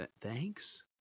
Thanks